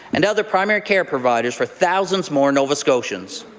and other primary care providers for thousands more nova scotians.